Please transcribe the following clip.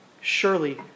Surely